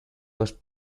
was